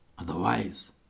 Otherwise